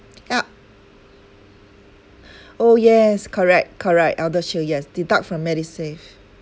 yup oh yes correct correct eldershield yes deduct from medisave